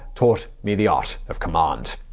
taught me the art of command.